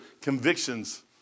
convictions